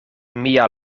mia